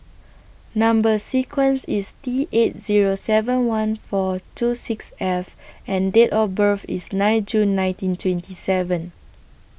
Number sequence IS T eight Zero seven one four two six F and Date of birth IS nine June nineteen twenty seven